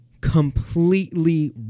completely